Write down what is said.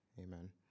amen